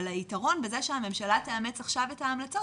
אבל היתרון בזה שהממשלה תאמץ עכשיו את ההמלצות,